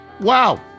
Wow